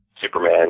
Superman